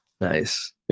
Nice